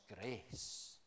grace